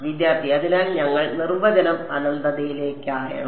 വിദ്യാർത്ഥി അതിനാൽ ഞങ്ങൾ നിർവചനം അനന്തതയിലേക്ക് ചായണം